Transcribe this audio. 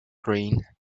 green